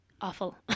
awful